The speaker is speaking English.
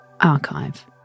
archive